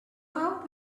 how